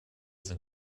sind